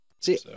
See